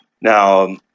Now